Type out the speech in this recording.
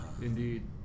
Indeed